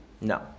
No